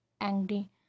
angry